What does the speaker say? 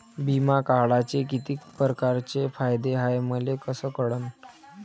बिमा काढाचे कितीक परकारचे फायदे हाय मले कस कळन?